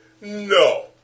No